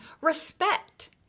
Respect